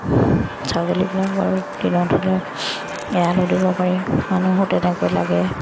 ছাগলীবিলাক বাৰু দিনত হ'লে এৰালো দিব পাৰি মানুহো তেনেকৈ লাগে